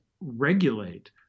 regulate